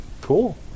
Cool